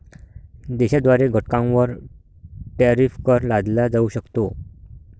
देशाद्वारे घटकांवर टॅरिफ कर लादला जाऊ शकतो